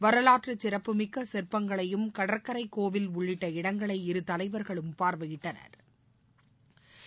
வரலாற்றுச் சிறப்புமிக்க சிற்பங்களையும் கடற்கரை கோவில் உள்ளிட்ட இடங்களை இரு தலைவா்களும் பாாவையிட்டனா்